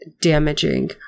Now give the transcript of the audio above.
damaging